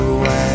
away